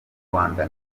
rwanda